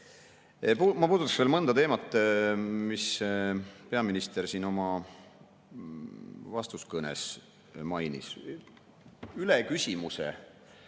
puudutan veel mõnda teemat, mida peaminister siin oma vastuskõnes mainis. Üle küsimuse